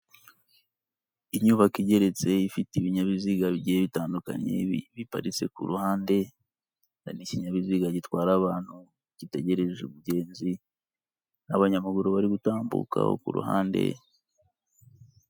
Inyubako igeretse ifite ibinyabiziga bigiye bitandukanye, biparitse ku ruhande n'ikinyabiziga gitwara abantu gitegereje umugenzi, n'abanyamaguru bari gutambuka bo ku ruhande.